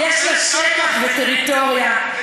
יש לה שטח וטריטוריה,